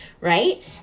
right